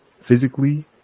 Physically